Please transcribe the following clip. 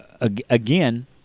Again